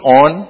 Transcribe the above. on